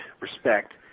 respect